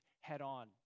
head-on